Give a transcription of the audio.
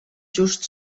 just